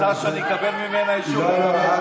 היא רוצה שאני אקבל ממנה אישור לדבר.